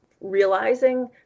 realizing